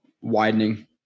widening